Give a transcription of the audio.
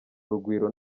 urugwiro